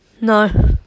No